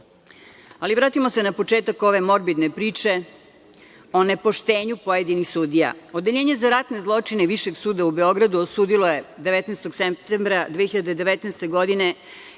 interesa. Vratimo se na početak ove morbidne priče o nepoštenju pojedinih sudija. Odeljenje za ratne zločine Višeg suda u Beogradu osudilo je 19. septembra 2019. godine